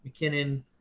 McKinnon